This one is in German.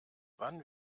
wann